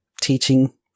teaching